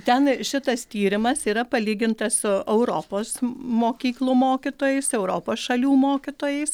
ten šitas tyrimas yra palygintas su europos mokyklų mokytojais europos šalių mokytojais